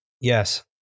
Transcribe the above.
Yes